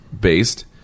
based